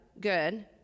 Good